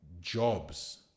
jobs